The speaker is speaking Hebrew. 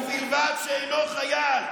ובלבד שאינו חייל.